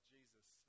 Jesus